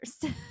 first